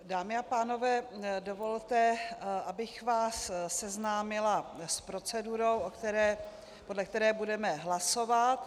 Dámy a pánové, dovolte, abych vás seznámila s procedurou, podle které budeme hlasovat.